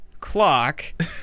clock